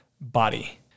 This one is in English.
body